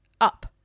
up